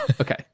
Okay